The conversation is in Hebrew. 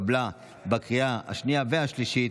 התקבלה בקריאה השנייה והשלישית,